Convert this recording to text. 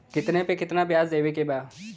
कितना पे कितना व्याज देवे के बा?